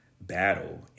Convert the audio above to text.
battle